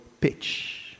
pitch